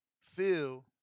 Feel